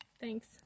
Thanks